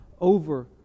over